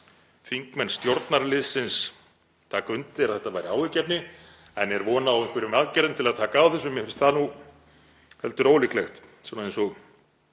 þingmenn stjórnarliðsins taka undir að þetta væri áhyggjuefni. En er von á einhverjum aðgerðum til að taka á þessu? Mér finnst það nú heldur ólíklegt svona eins og